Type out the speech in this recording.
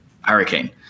hurricane